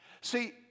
See